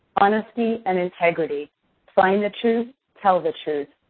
honesty and integrity find the truth, tell the truth.